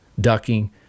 ducking